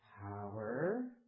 power